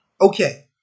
Okay